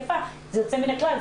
ולפיכך זה יוצא מן הכלל,